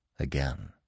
again